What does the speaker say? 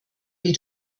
wie